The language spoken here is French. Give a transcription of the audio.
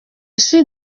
suis